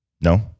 no